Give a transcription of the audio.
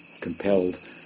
compelled